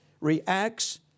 reacts